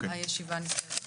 הישיבה נסגרה.